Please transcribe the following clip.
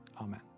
Amen